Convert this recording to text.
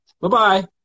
Bye-bye